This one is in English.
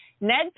Ned